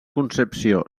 concepció